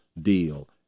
deal